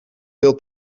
veel